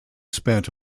spent